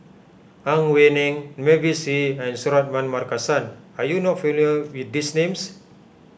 Ang Wei Neng Mavis Hee and Suratman Markasan are you not familiar with these names